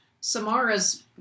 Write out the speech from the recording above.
Samara's